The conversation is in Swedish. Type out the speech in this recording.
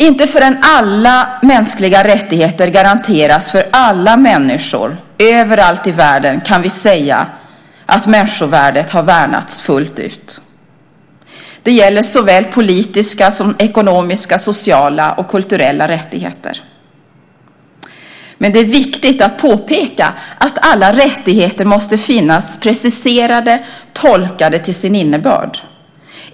Inte förrän alla mänskliga rättigheter garanteras för alla människor överallt i världen kan vi säga att människovärdet har värnats fullt ut. Det gäller såväl politiska som ekonomiska, sociala och kulturella rättigheter. Det är viktigt att påpeka att alla rättigheter måste finnas preciserade och tolkade till sin innebörd.